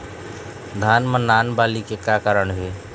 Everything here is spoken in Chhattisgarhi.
धान म नान बाली के का कारण हे?